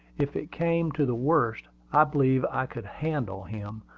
if it came to the worst, i believed i could handle him,